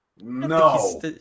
No